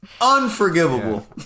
Unforgivable